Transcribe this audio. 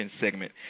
segment